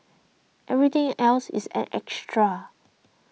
everything else is an extra